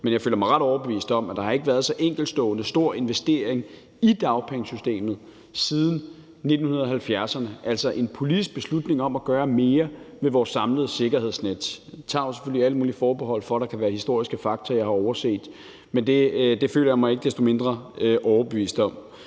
men jeg føler mig ret overbevist om, at der ikke har været så enkeltstående stor investering i dagpengesystemet siden 1970'erne; altså en politisk beslutning om at gøre mere for vores samlede sikkerhedsnet. Jeg tager naturligvis alle mulige forbehold for, at der kan være historiske fakta, jeg har overset, men det føler jeg mig ikke desto mindre overbevist om.